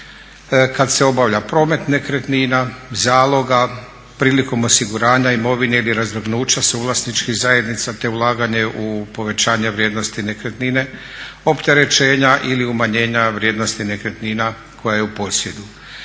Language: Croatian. kad se obavlja promet nekretnina, zaloga, prilikom osiguranja imovine ili razvrgnuća suvlasničkih zajednica, te ulaganje u povećanje vrijednosti nekretnine, opterećenja ili umanjenja vrijednosti nekretnina koja je u posjedu.